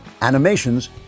Animations